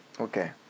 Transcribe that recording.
Okay